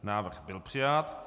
Návrh byl přijat.